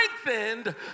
strengthened